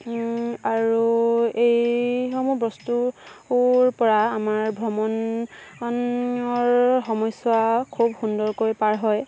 আৰু এইসমূহ বস্তুৰ পৰা আমাৰ ভ্ৰমণৰ সময়চোৱা খুব সুন্দৰকৈ পাৰ হয়